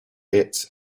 its